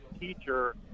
teacher